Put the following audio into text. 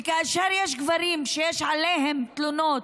וכאשר יש גברים שיש עליהם תלונות,